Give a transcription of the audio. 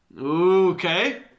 Okay